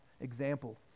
example